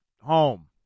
home